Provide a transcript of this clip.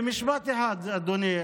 במשפט, אדוני.